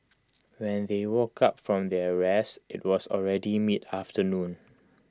when they woke up from their rest IT was already mid afternoon